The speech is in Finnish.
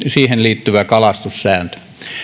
siihen liittyvä kalastussääntö